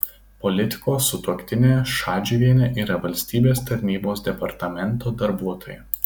politiko sutuoktinė šadžiuvienė yra valstybės tarnybos departamento darbuotoja